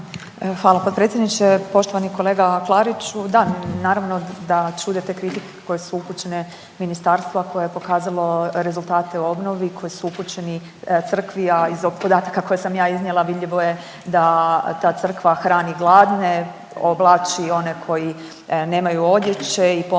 hvala potpredsjedniče. Poštovani kolega Klariću, da naravno da čude te kritike koje su upućene ministarstvu, a koje je pokazalo rezultate u obnovi, koji su upućeni crkvi, a iz ovih podataka koje sam ja iznijela vidljivo je da ta crkva hrani gladne, oblači one koji nemaju odjeće i pomaže